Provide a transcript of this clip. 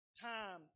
time